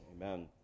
Amen